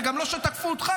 וגם לא שתקפו אותך,